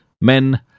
men